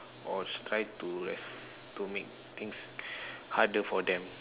or try to like to make things harder for them